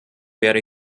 werde